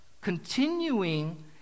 continuing